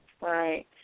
Right